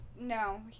no